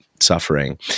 Suffering